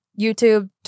YouTube